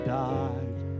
died